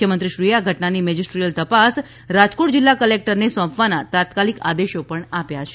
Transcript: મુખ્યમંત્રીશ્રીએ આ ઘટનાની મેજિસ્ટ્રીયલ તપાસ રાજકોટ જિલ્લા કલેકટરને સોંપવાના તાત્કાલિક આદેશો પણ કર્યા છે